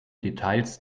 details